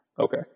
Okay